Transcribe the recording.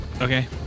Okay